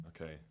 Okay